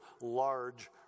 large